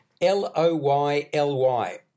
L-O-Y-L-Y